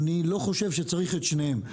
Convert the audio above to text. ואני לא חושב שצריך את שניהם.